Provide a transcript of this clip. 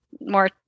more